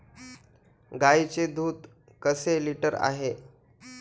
गाईचे दूध कसे लिटर आहे?